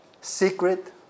secret